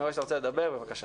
אני רואה שאתה רוצה לדבר, בבקשה.